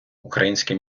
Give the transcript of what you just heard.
українське